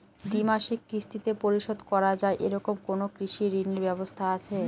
দ্বিমাসিক কিস্তিতে পরিশোধ করা য়ায় এরকম কোনো কৃষি ঋণের ব্যবস্থা আছে?